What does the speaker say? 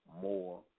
more